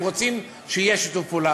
אם רוצים שיהיה שיתוף פעולה,